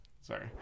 sorry